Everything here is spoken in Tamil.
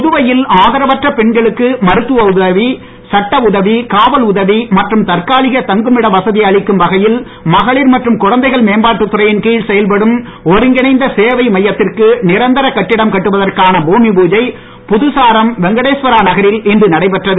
புதுவையில் ஆதரவற்ற பெண்களுக்கு மருத்துவ உதவி சட்ட உதவி காவல் உதவி மற்றும் தற்காலிக தங்குமிட வசதி அளிக்கும் வகையில் மகளிர் மற்றும் குழந்தைகள் மேம்பாட்டு துறையின் கீழ் செயல்படும் ஒருங்கிணைந்த சேவை மையத்திற்கு நிரந்தரக் கட்டிடம் கட்டுவதற்கான பூமி பூஜை புதுசாரம் வெங்டேஸ்வரா நகரில் இன்று நடைபெற்றது